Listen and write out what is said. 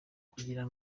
kugira